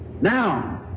Now